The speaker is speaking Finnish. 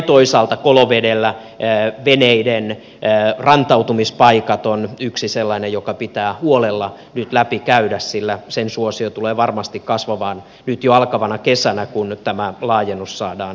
toisaalta kolovedellä veneiden rantautumispaikat on yksi sellainen joka pitää huolella nyt läpikäydä sillä sen suosio tulee varmasti kasvamaan nyt jo alkavana kesänä kun tämä laajennus saadaan voimaan